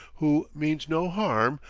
who means no harm,